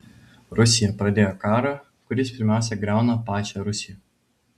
rusija pradėjo karą kuris pirmiausia griauna pačią rusiją